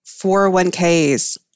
401ks